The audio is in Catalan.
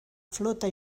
flota